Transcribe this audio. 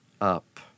up